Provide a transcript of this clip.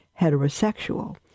heterosexual